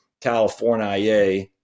California